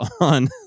on